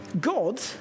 God